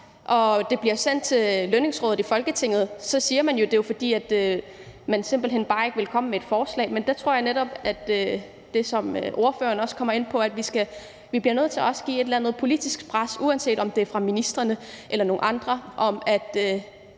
og det bliver sendt til Lønningsrådet i Folketinget, siger man jo, at det er, fordi man simpelt hen bare ikke vil komme med et forslag, men der tror jeg netop, som ordføreren også kommer ind på, at vi også bliver nødt til at lægge et eller andet politisk pres, uanset om det er fra ministrene eller nogle andre, for at